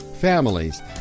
families